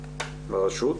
ברשות.